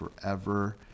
forever